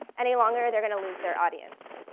any longer they're gonna lose their audience,